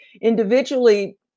individually